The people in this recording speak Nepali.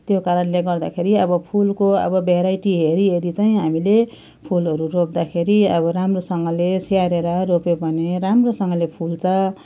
त्यो कारणले गर्दाखेरि अब फुलको अब भेराइटी हेरी हेरी चाहिँ अब हामीले फुलहरू रोप्दाखेरि अब राम्रोसँगले स्याहारेर रोप्यो भने राम्रोसँगले फुल्छ